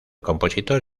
compositor